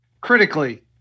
critically